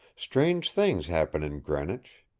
strange things happen in greenwich.